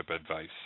advice